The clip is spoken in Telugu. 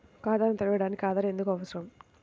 ఖాతాను తెరవడానికి ఆధార్ ఎందుకు అవసరం?